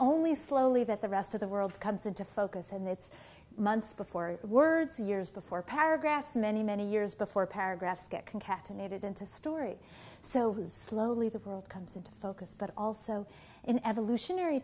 only slowly that the rest of the world comes into focus and that's months before words years before paragraphs many many years before paragraphs concatenated into story so has slowly the world comes into focus but also in evolutionary